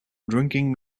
drinking